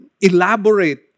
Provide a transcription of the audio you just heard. elaborate